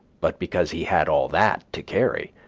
but because he had all that to carry.